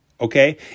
Okay